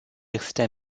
universités